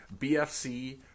BFC